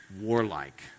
warlike